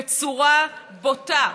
בצורה בוטה,